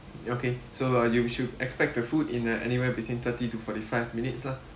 okay so uh you should expect the food in uh anywhere between thirty to forty five minutes lah